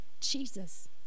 Jesus